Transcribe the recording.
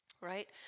right